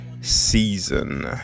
season